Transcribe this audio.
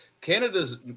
Canada's